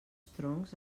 troncs